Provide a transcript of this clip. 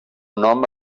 nom